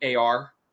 AR